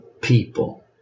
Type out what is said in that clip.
people